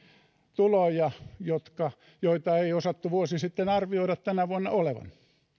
tuloja joita ei osattu vuosi sitten arvioida tänä vuonna olevan